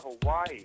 Hawaii